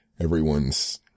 everyone's